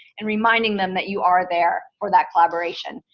and reminding them that you are there for that collaboration.